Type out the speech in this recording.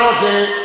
לא, זה,